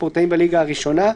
ספורטאים בליגה הראשונה,